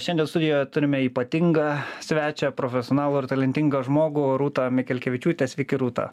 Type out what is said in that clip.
šiandien studijoje turime ypatingą svečią profesionalų ir talentingą žmogų rūtą mikelkevičiūtę sveiki rūta